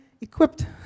equipped